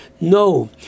No